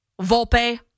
Volpe